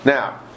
Now